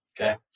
Okay